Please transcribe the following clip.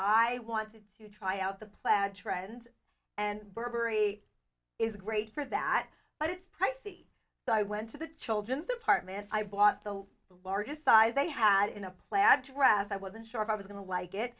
i wanted to try out the plaid trend and burberry is great for that but it's pricey so i went to the children's department i bought the largest size they had in a plaid dress i wasn't sure if i was going to like it